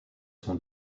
son